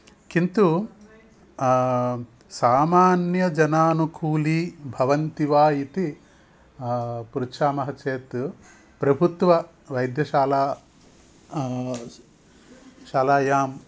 किन्तु सामान्यजनानुकूली भवन्ति वा इति पृच्छामः चेत् प्रभुत्ववैद्यशाला शालायां